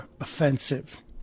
offensive